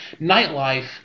Nightlife